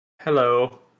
hello